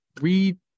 read